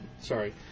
Sorry